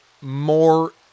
more